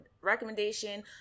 recommendation